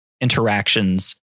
interactions